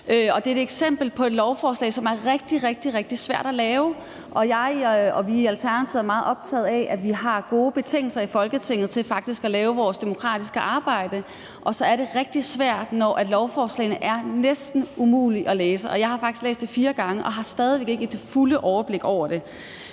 Det er et eksempel på et lovforslag, som er rigtig, rigtig svært at lave, og vi er i Alternativet meget optagede af, at vi i Folketinget har gode betingelser for at lave vores demokratiske arbejde, og det er rigtig svært, når lovforslagene er næsten umulige at læse. Jeg har faktisk læst det fire gange, og jeg har stadig væk ikke det fulde overblik over det,